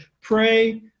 pray